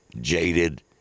jaded